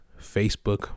Facebook